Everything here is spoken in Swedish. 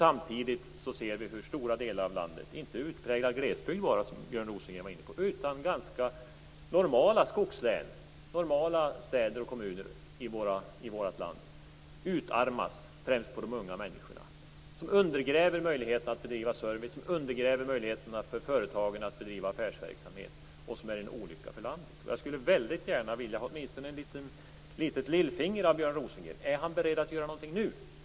Samtidigt ser vi hur stora delar av landet - inte bara utpräglad glesbygd, som Björn Rosengren var inne på, utan ganska normala skogslän och städer i landet - utarmas främst på unga människor. Detta undergräver möjligheterna att bedriva service och affärsverksamhet, vilket är en olycka för landet. Jag skulle väldigt gärna vilja ha åtminstone ett litet lillfinger från Björn Rosengren: Är han beredd att göra någonting nu?